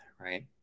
right